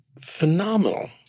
phenomenal